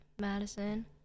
Madison